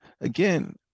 again